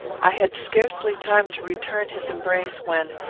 i had scarcely time to return his embrace, when,